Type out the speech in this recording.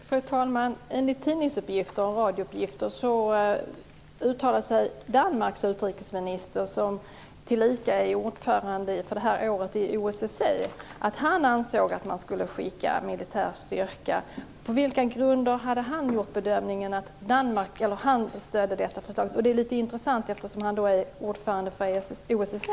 Fru talman! Enligt tidningsuppgifter och radiouppgifter uttalade sig Danmarks utrikesminister, som tillika är ordförande för detta år i OSSE, att han ansåg att man skulle skicka militär styrka. På vilka grunder hade han gjort bedömningen att han stöder detta förslag? Det är litet intressant, eftersom han är ordförande för OSSE.